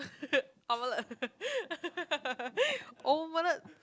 omelette omelette